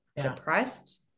depressed